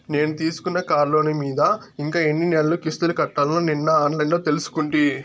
నేను తీసుకున్న కార్లోను మీద ఇంకా ఎన్ని నెలలు కిస్తులు కట్టాల్నో నిన్న ఆన్లైన్లో తెలుసుకుంటి